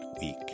week